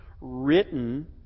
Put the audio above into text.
written